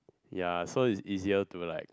ya so it's easier to like